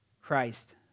Christ